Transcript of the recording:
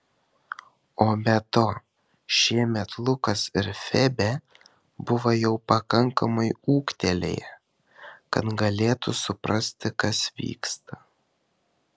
o be to šiemet lukas ir febė buvo jau pakankamai ūgtelėję kad galėtų suprasti kas vyksta